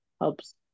helps